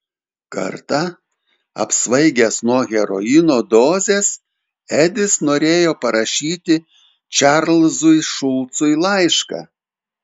kartą apsvaigęs nuo heroino dozės edis norėjo parašyti čarlzui šulcui laišką